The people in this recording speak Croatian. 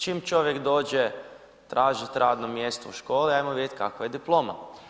Čim čovjek dođe tražiti radno mjesto u školi, hajmo vidjeti kakva je diploma.